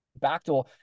backdoor